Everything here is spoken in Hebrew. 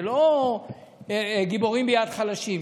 זה לא גיבורים ביד חלשים,